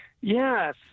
Yes